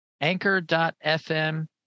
anchor.fm